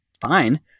fine